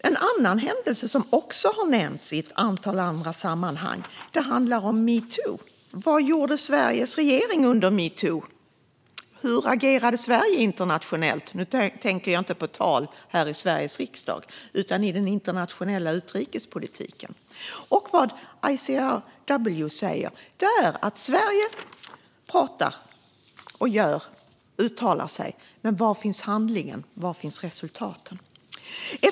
En annan händelse som också har nämnts i ett antal andra sammanhang handlar om metoo. Vad gjorde Sveriges regering under metoo? Hur agerade Sverige internationellt? Nu tänker jag inte på tal i Sveriges riksdag utan i den internationella utrikespolitiken. ICRW säger att Sverige pratar och uttalar sig men undrar var handling och resultat finns.